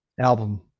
album